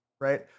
Right